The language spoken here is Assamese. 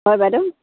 হয় বাইদেউ